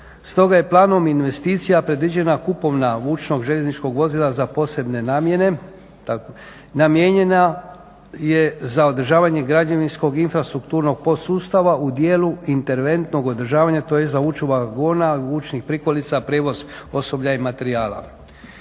stoga je planom investicija predviđena kupovina vučnog željezničkog vozila za posebne namjene. Namijenjena je za održavanje građevinskog infrastrukturnog podsustava u dijelu interventnog održavanja tj. za vuču vagona, vučnih prikolica, prijevoz osoblja i materijala.